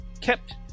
kept